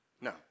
No